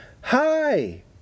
Hi